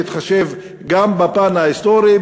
בהתחשב גם בפן ההיסטורי,